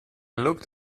looked